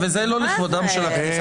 וזה לא לכבודה של הכנסת.